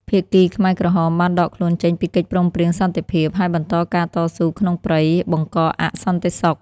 ភាគីខ្មែរក្រហមបានដកខ្លួនចេញពីកិច្ចព្រមព្រៀងសន្តិភាព ហើយបន្តការតស៊ូក្នុងព្រៃបង្កអសន្តិសុខ។